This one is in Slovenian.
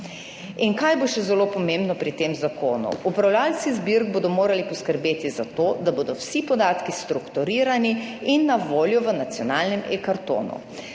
In kaj bo še zelo pomembno pri tem zakonu. Upravljavci zbirk bodo morali poskrbeti za to, da bodo vsi podatki strukturirani in na voljo v nacionalnem eKartonu.